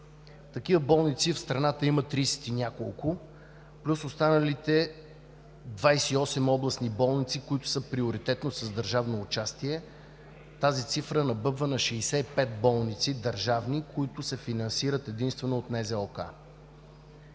Такива болници в страната има тридесет и няколко плюс останалите 28 областни болници, които са приоритетно с държавно участие. Тази цифра набъбва на 65 държавни болници, които се финансират единствено от